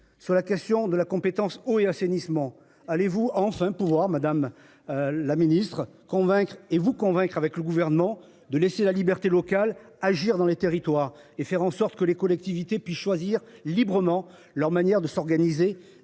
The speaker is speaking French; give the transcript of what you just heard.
sur la question de la compétence eau et assainissement. Allez-vous enfin pouvoir Madame. La Ministre convaincre et vous convaincre avec le gouvernement de laisser la liberté locale agir dans les territoires et faire en sorte que les collectivités puissent choisir librement leur manière de s'organiser